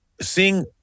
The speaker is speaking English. seeing